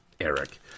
eric